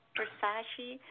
Versace